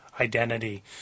identity